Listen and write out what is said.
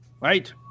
right